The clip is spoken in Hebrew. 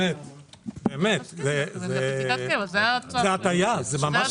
זו ממש הטעיה.